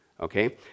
Okay